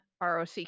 ROC